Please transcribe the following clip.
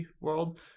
world